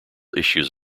issues